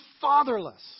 fatherless